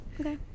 Okay